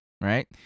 Right